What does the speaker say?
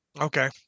Okay